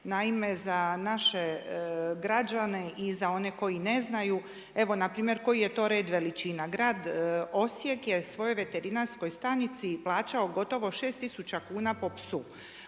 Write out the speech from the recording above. Naime za naše građane i za one koji ne znaju, evo npr. koji je to red veličina. Grad Osijek je svojoj veterinarskoj stanici plaćao gotovo 6000 kuna po psu.